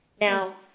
Now